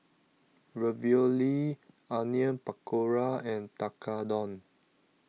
Ravioli Onion Pakora and Tekkadon